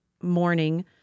morning